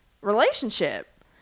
relationship